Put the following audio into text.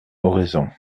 oraison